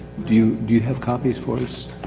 do you, do you have copies for this?